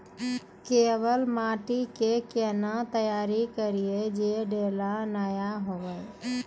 केवाल माटी के कैना तैयारी करिए जे ढेला नैय हुए?